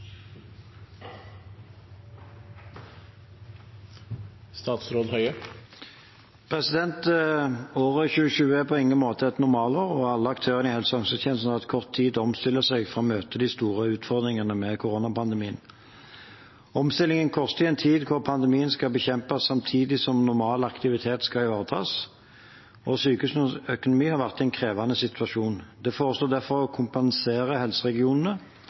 på ingen måte et normalår, og alle aktørene i helse- og omsorgstjenesten har hatt kort tid til å omstille seg for å møte de store utfordringene med koronapandemien. Omstillingen koster i en tid hvor pandemien skal bekjempes samtidig som normal aktivitet skal ivaretas, og sykehusenes økonomi har vært i en krevende situasjon. Det foreslås derfor å kompensere helseregionene